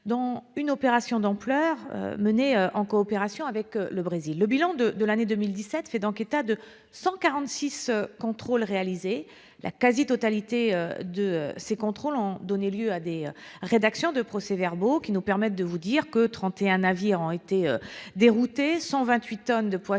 dont une opération d'ampleur menée en coopération avec le Brésil. Le bilan de l'année 2017 fait état de 146 contrôles réalisés ; la quasi-totalité de ces contrôles ont donné lieu à la rédaction de procès-verbaux : 31 navires ont été déroutés, 128 tonnes de poissons